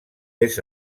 est